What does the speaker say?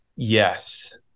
Yes